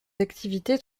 activités